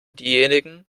diejenigen